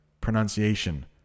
pronunciation